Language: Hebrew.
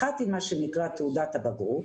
אחת היא מה שנקרא תעודת הבגרות,